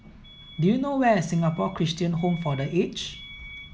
do you know where is Singapore Christian Home for The Aged